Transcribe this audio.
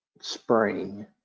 spring